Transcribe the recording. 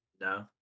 no